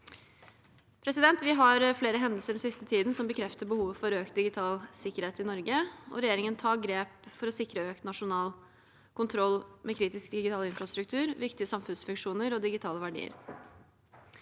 konflikter. Vi har flere hendelser den siste tiden som bekrefter behovet for økt digital sikkerhet i Norge. Regjeringen tar grep for å sikre økt nasjonal kontroll med kritisk digital infrastruktur, viktige samfunnsfunksjoner og digitale verdier.